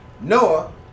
Noah